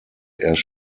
erst